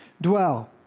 dwell